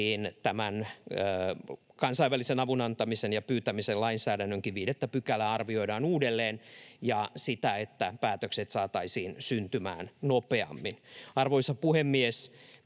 tämän kansainvälisen avun antamisen ja pyytämisen lainsäädännön 5 §:ää arvioidaan uudelleen, ja sitä, että päätökset saataisiin syntymään nopeammin. Arvoisa puhemies!